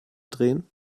drehen